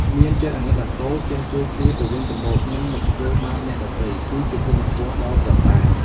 មានចិត្តអាណិតអាសូរ ចេះជួយគ្នាទៅវិញទៅមក និងមិនធ្វើបាបអ្នកដទៃ គឺជាគុណធម៌ដ៏ប្រសើរ។